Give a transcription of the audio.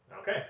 Okay